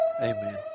amen